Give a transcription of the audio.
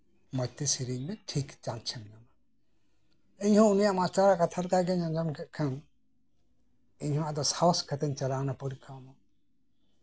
ᱢᱚᱸᱡᱛᱮ ᱥᱮᱨᱮᱧ ᱢᱮ ᱴᱷᱤᱠ ᱪᱟᱱᱥ ᱮᱢ ᱪᱟᱱᱥ ᱮᱢ ᱧᱟᱢᱟ ᱤᱧᱦᱚᱸ ᱩᱱᱤᱭᱟᱜ ᱢᱟᱥᱴᱟᱨ ᱟᱜ ᱠᱟᱛᱷᱟ ᱞᱮᱠᱟᱛᱤᱧ ᱟᱸᱡᱚᱢ ᱠᱮᱜ ᱠᱷᱟᱱ ᱤᱧᱦᱚᱸ ᱟᱫᱚ ᱥᱟᱦᱚᱥ ᱠᱟᱛᱮᱜ ᱤᱧ ᱪᱟᱞᱟᱣᱱᱟ ᱯᱚᱨᱤᱠᱠᱷᱟ ᱮᱢᱚᱜ